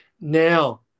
Now